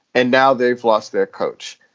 and now they've lost their coach.